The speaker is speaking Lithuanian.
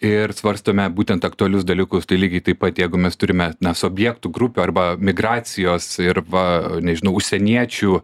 ir svarstome būtent aktualius dalykus tai lygiai taip pat jeigu mes turime mes objektų grupių arba migracijos ir va nežinau užsieniečių